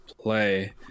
play